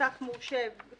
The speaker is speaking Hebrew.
מוסך מורשה כמפורט